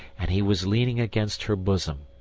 and he was leaning against her bosom.